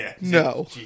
No